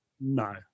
No